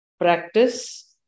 practice